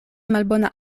malbona